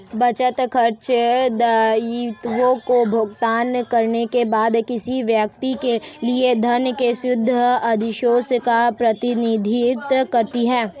बचत, खर्चों, दायित्वों का भुगतान करने के बाद किसी व्यक्ति के लिए धन के शुद्ध अधिशेष का प्रतिनिधित्व करती है